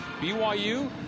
BYU